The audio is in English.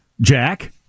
Jack